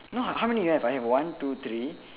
no how many you have I have one two three